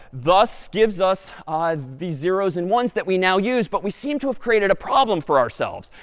thus gives us the zeros and ones that we now use. but we seem to have created a problem for ourselves.